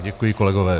Děkuji, kolegové.